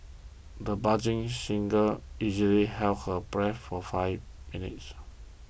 the budding singer easily held her breath for five minutes